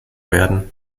werden